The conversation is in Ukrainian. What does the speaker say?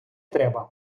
треба